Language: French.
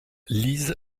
liz